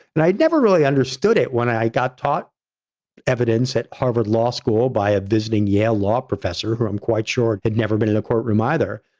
and i'd never really understood it when i got taught evidence at harvard law school by a visiting yale law professor who i'm quite sure had never been in a courtroom either.